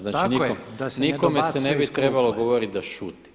Znači nikome se ne bi trebalo govoriti da šuti.